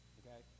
okay